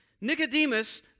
Nicodemus